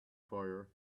fire